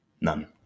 None